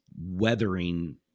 weathering